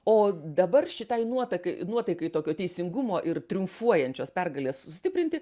o dabar šitai nuotakai nuotaikai tokio teisingumo ir triumfuojančios pergalės sustiprinti